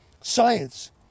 science